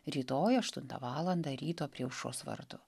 rytoj aštuntą valandą ryto prie aušros vartų